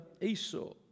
Esau